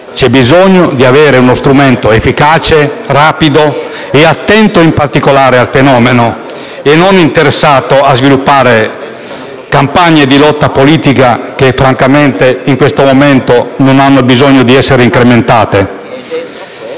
è necessario avere uno strumento efficace, rapido e attento, in particolare, al fenomeno, non interessato a sviluppare campagne di lotta politica, che francamente in questo momento non hanno bisogno di essere incrementate.